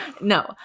No